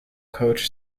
coach